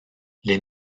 les